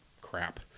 crap